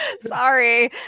sorry